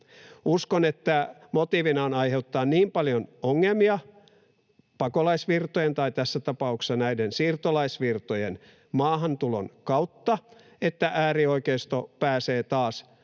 Uskon, että motiivina on aiheuttaa niin paljon ongelmia pakolaisvirtojen tai tässä tapauksessa näiden siirtolaisvirtojen maahantulon kautta, että äärioikeisto pääsee taas